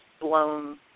blown